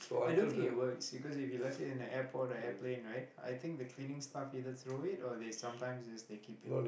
i don't think it works because if you left it in the airport or airplane right I think the cleaning staff either throw it or they sometimes yes they keep it